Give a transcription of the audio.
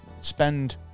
spend